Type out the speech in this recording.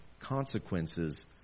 consequences